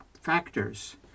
factors